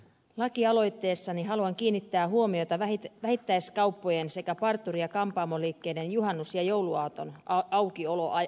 lakialoitteessani haluan kiinnittää huomiota vähittäiskauppojen sekä parturi ja kampaamoliikkeiden juhannus ja jouluaaton aukioloaikoihin